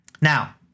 Now